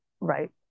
right